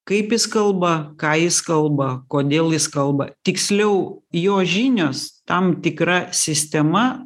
kaip jis kalba ką jis kalba kodėl jis kalba tiksliau jo žinios tam tikra sistema